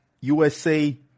USA